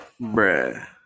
Bruh